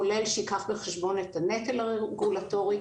כולל שייקח בחשבון את הנטל הרגולטורי.